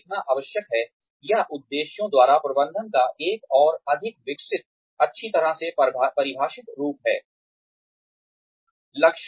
यह लिखना आवश्यक है यह उद्देश्यों द्वारा प्रबंधन का एक और अधिक विकसित अच्छी तरह से परिभाषित रूप है